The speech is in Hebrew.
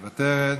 מוותרת,